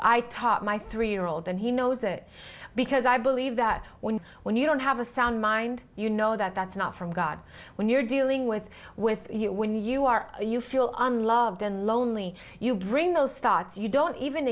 i taught my three year old and he knows it because i believe that when when you don't have a sound mind you know that that's not from god when you're dealing with with when you are you feel unloved and lonely you bring those thoughts you don't even